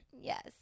Yes